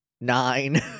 nine